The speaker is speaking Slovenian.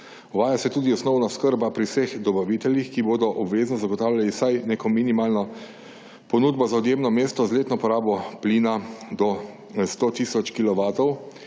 Uvaja se tudi osnovna oskrba pri vseh dobaviteljih, ki bodo obvezno zagotavljali vsaj neko minimalno ponudbo za odjemno mesto z letno porabo plina do sto tisoč